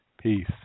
Peace